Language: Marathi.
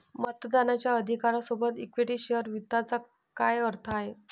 मतदानाच्या अधिकारा सोबत इक्विटी शेअर वित्ताचा काय अर्थ आहे?